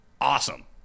awesome